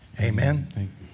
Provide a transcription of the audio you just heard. Amen